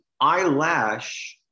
eyelash